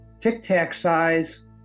tic-tac-size